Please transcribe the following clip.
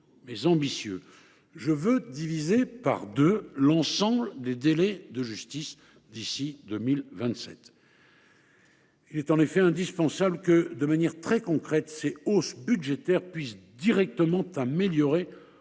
je veux diviser par deux l’ensemble des délais de justice d’ici à 2027. Il est en effet indispensable que, de manière très concrète, ces hausses budgétaires puissent directement améliorer